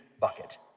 bucket